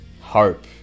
Hope